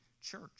church